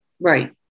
Right